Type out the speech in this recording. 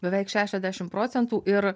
beveik šešiasdešim procentų ir